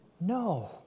No